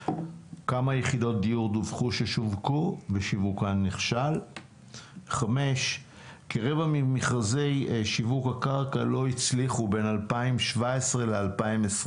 בכלל.; 5. כרבע ממכרזי שיווק הקרקע לא הצליחו בין 2017 ל-2021.